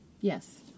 Yes